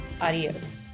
Adios